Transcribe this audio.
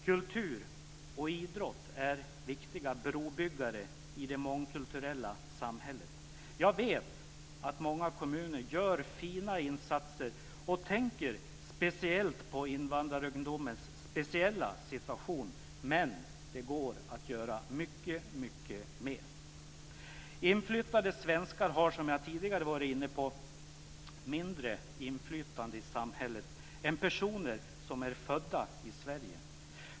Kultur och idrott är viktiga brobyggare i det mångkulturella samhället. Jag vet att många kommuner gör fina insatser och tänker särskilt på invandrarungdomens speciella situation. Men det går att göra mycket mer. Inflyttade svenskar har som jag tidigare har varit inne på mindre inflytande i samhället än personer som är födda i Sverige.